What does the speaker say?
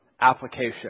application